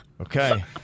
Okay